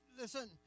listen